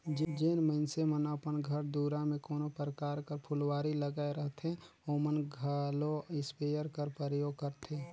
जेन मइनसे मन अपन घर दुरा में कोनो परकार कर फुलवारी लगाए रहथें ओमन घलो इस्पेयर कर परयोग करथे